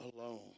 alone